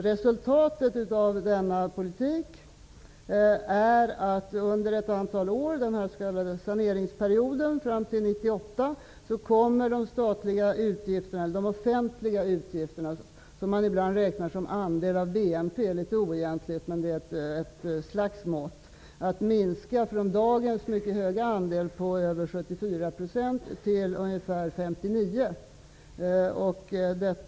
Resultatet av denna politik är att under ett antal år fram till 1998, den s.k. saneringsperioden, kommer de offentliga utgifterna att minska, från dagens mycket höga andel på över 74 % till ungefär 59 %. De offentliga utgifterna räknar man ibland, litet oegentligt, som andel av BNP. Det är ett slags mått.